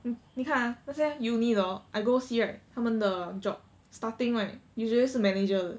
嗯你看 ah 那些 uni 的 hor I go see right 他们的 job starting right usually 是 manager 的